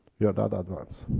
yeah that advanced.